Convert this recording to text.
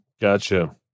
Gotcha